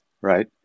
right